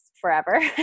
forever